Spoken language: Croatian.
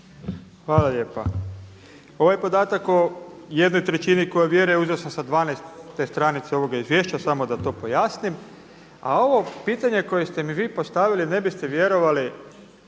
Hvala lijepa. Ovaj podatak o 1/3 koja vjeruje uzeo sam sa 12. stranice ovoga izvješća, samo da to pojasnim. A ovo pitanje koje ste mi vi postavili ne biste vjerovali,